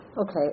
Okay